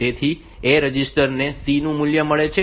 તેથી A register ને C નું મૂલ્ય મળ્યું છે